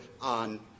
on